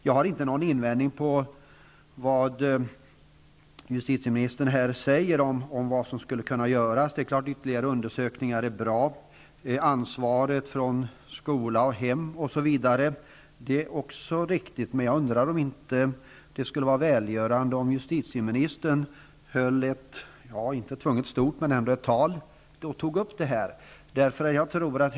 Jag har inte någon invändning mot vad justitieministern här säger om vad som skulle kunna göras. Det är klart att ytterligare undersökningar är bra. Vad som sägs om ansvaret från skola och hem, osv. är också riktigt, men jag undrar om det inte skulle vara välgörande om justitieministern tog upp det här i ett -- inte nödvändigtvis stort -- tal.